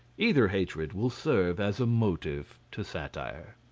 either hatred will serve as a motive to satire.